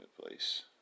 place